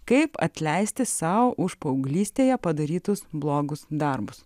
kaip atleisti sau už paauglystėje padarytus blogus darbus